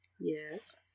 yes